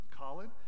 Colin